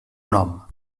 nom